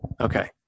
Okay